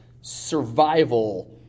survival